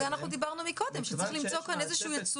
דיברנו על זה קודם שצריך למצוא כאן דפוס,